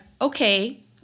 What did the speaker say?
okay